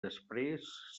després